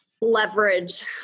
Leverage